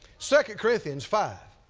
second corinthians five